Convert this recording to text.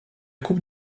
coupe